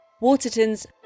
Waterton's